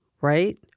Right